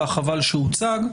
חבל שהוצג.